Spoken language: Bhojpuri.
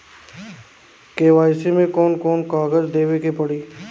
के.वाइ.सी मे कौन कौन कागज देवे के पड़ी?